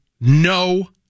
no